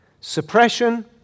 suppression